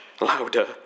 louder